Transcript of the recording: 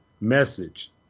message